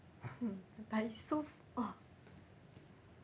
but it's so ugh